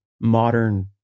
modern